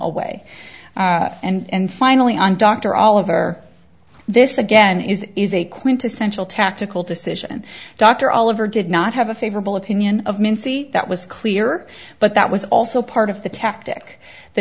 away and finally on dr all over this again is is a quintessential tactical decision dr oliver did not have a favorable opinion of mincey that was clear but that was also part of the tactic the